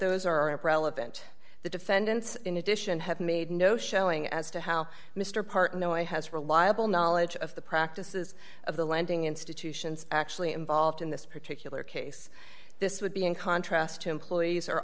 relevant the defendants in addition have made no showing as to how mr partnoy has reliable knowledge of the practices of the lending institutions actually involved in this particular case this would be in contrast to employees